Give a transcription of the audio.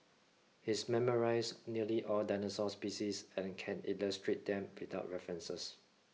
he's memorised nearly all dinosaur species and can illustrate them without references